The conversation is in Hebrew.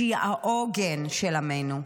שהיא העוגן של עמנו.